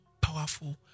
powerful